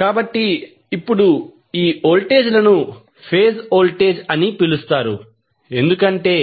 కాబట్టి ఇప్పుడు ఈ వోల్టేజ్ లను ఫేజ్ వోల్టేజ్ అని పిలుస్తారు ఎందుకంటే